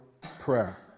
prayer